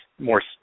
more